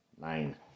Nine